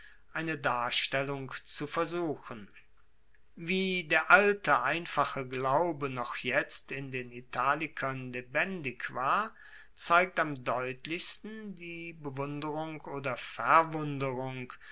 eine darstellung zu versuchen wie der alte einfache glaube noch jetzt in den italikern lebendig war zeigt am deutlichsten die bewunderung oder